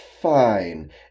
fine